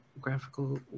graphical